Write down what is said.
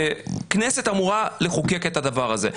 כנסת אמורה לחוקק את הדבר הזה.